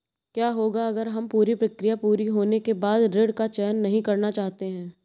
क्या होगा अगर हम पूरी प्रक्रिया पूरी होने के बाद ऋण का चयन नहीं करना चाहते हैं?